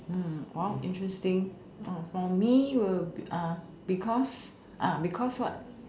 mm !wow! interesting oh for me will be uh because uh because what